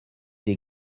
des